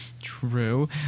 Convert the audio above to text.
True